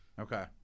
Okay